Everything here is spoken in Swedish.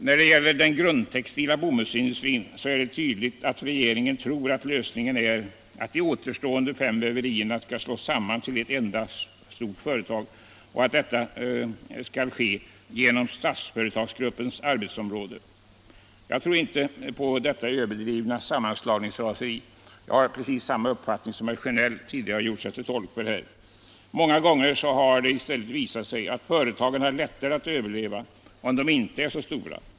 När det gäller den grundtextila bomullsindustrin är det tydligt att regeringen tror, att lösningen är att de återstående fem väverierna skall slås samman till ett enda stort företag och att detta skall ske inom Statsföretagsgruppens arbetsområde. Jag tror inte på detta sammanslagningsraseri. Jag har i det avseendet precis samma uppfattning som den herr Sjönell tidigare har gjort sig till talesman för. Många gånger har det i stället visat sig att företagen har lättare att överleva om de inte är så stora.